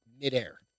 midair